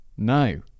no